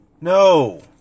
No